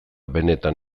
benetan